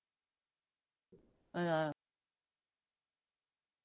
uh